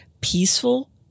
peaceful